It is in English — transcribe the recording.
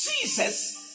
Jesus